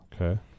Okay